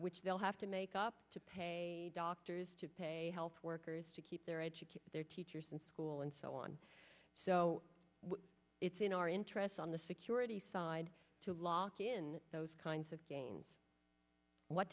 which they'll have to make up to pay doctors to pay health workers to keep their educate their teachers and school and so on so it's in our interests on the security side to lock in those kinds of gains what